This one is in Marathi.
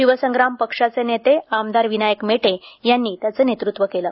शिवसंग्राम पक्षाचे नेते आमदार विनायक मेटे यांनी त्याचे नेतृत्व केले